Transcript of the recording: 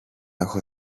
έχω